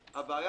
כשרות.